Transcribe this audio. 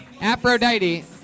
Aphrodite